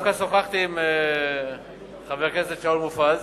דווקא שוחחתי עם חבר הכנסת שואל מופז,